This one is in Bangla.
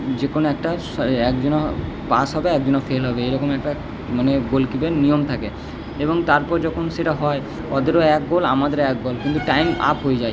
যে কোনো একটা একজনা পাস হবে একজনা ফেল হবে এই রকম একটা মানে গোল কিপের নিয়ম থাকে এবং তারপর যখন সেটা হয় ওদেরও এক গোল আমাদেরও এক গোল কিন্তু টাইম আপ হয়ে যায়